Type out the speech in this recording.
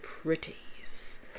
pretties